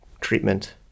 treatment